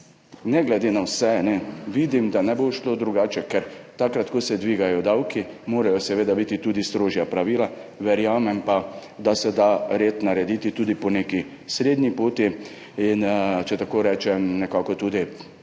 ne glede na vse vidim, da ne bo šlo drugače, ker takrat, ko se dvigajo davki, morajo biti seveda tudi strožja pravila. Verjamem pa, da se da red narediti tudi po neki srednji poti in če tako rečem tudi